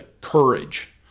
courage